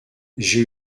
j’ai